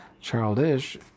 Childish